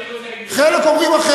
אני רוצה להגיד מילה.